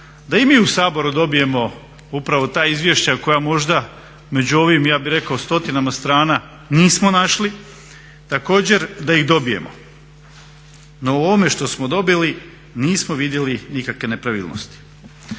da i mi u Saboru dobijemo upravo ta izvješća koja možda među ovim ja bih rekao stotinama strana nismo našli, također da ih dobijemo. No u ovome što smo dobili nismo vidjeli nikakve nepravilnosti.